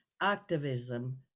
Activism